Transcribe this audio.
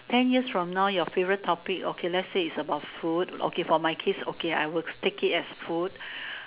ten years from now your favourite topic okay lets say it's about food okay for my case okay I would take it as food